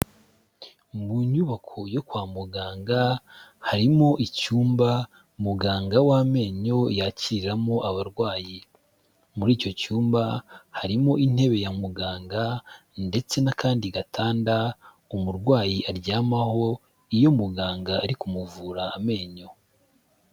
Mu nyubako yo kwa muganga harimo icyumba muganga w'amenyo yakiriramo abarwayi, muri icyo cyumba harimo intebe ya muganga ndetse n'akandi gatanda umurwayi aryamaho iyo umuganga ari kumuvura amenyo.